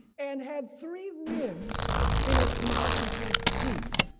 and had three ribs in its mouth between its teeth.